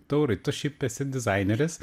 taurai tu šiaip esi dizaineris